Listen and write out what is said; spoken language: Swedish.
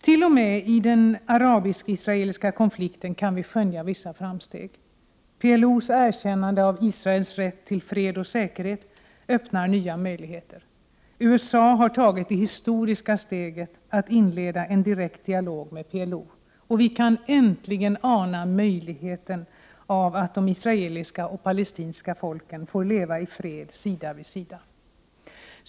Till och med i den arabisk-israeliska konflikten kan vi skönja vissa framsteg. PLO:s erkännande av Israels rätt till fred och säkerhet öppnar nya möjligheter. USA har tagit det historiska steget att inleda en direkt dialog med PLO. Vi kan äntligen ana möjligheten av att de israeliska och palestinska folken får leva i fred sida vid sida.